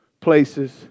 places